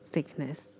Sickness